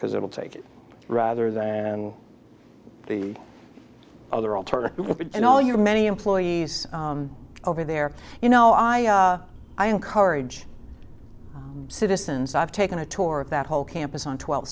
because it'll take it rather than the other alternative and all your many employees over there you know i i encourage citizens i've taken a tour of that whole campus on twelfth